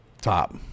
Top